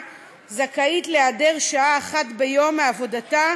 זכאית להיעדר שעה אחת ביום מעבודתה,